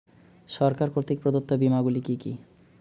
সরকার কর্তৃক প্রদত্ত বিমা গুলি কি কি?